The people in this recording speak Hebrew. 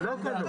זה לא כלול,